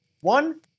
one